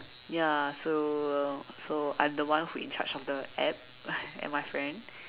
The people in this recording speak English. ya so so I'm the one who in charge of the App and my friend